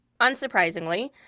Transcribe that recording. Unsurprisingly